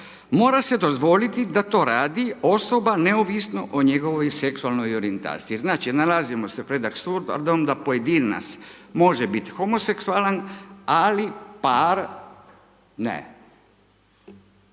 mora se dozvoliti da to radi osoba neovisno o njegovoj seksualnoj orijentaciji. Znači, nalazimo se pred apsurdom da pojedinac može biti homoseksualan, ali par ne.